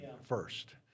first